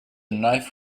knife